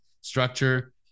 structure